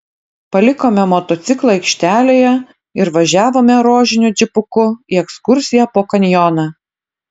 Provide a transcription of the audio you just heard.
palikome motociklą aikštelėje ir važiavome rožiniu džipuku į ekskursiją po kanjoną